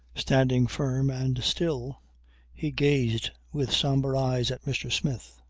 standing firm and still he gazed with sombre eyes at mr. smith.